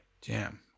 Jam